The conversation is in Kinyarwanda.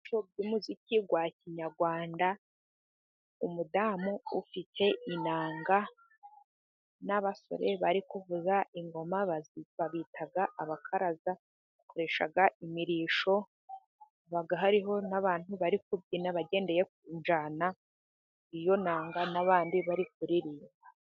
Uburyohe bw'umuziki wa kinyarwanda, umudamu ufite inanga n'abasore bari kuvuza ingoma, babita abakaraza, bakoresha imirisho, hariho n'abantu bari kubyina bagendeye ku njyana y'iyo nanga, n'abandi bari kuririmba.